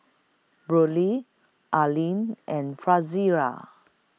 Braulio Arlyn and Frazier